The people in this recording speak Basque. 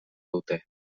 dute